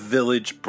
Village